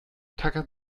tackern